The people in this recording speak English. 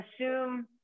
assume